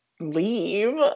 leave